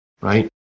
right